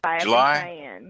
July